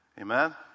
Amen